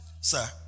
Sir